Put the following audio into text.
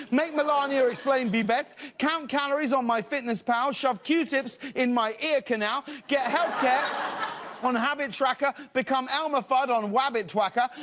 make melania explain be best count calories on my fitness pal, shove q-tips in my ear canal, get healthier on habit tracker, become elmer fudd on wabbit twacker,